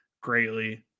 greatly